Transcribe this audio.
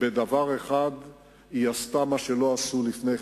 בדבר אחד היא עשתה מה שלא עשו לפני כן,